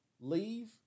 leave